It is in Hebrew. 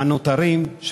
מהנותרים,